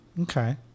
Okay